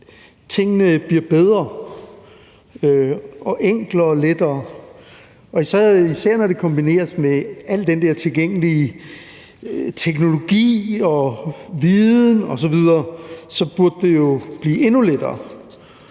tingene bliver bedre, enklere og lettere, og det burde, især når det kombineres med al den der tilgængelige teknologi, viden osv., blive endnu lettere.